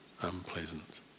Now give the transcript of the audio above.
unpleasant